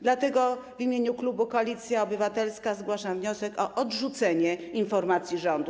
Dlatego w imieniu klubu Koalicja Obywatelska zgłaszam wniosek o odrzucenie informacji rządu.